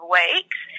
weeks